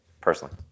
personally